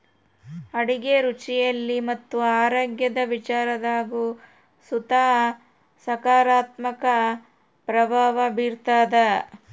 ಅಡುಗೆ ರುಚಿಯಲ್ಲಿ ಮತ್ತು ಆರೋಗ್ಯದ ವಿಚಾರದಾಗು ಸುತ ಸಕಾರಾತ್ಮಕ ಪ್ರಭಾವ ಬೀರ್ತಾದ